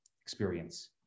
experience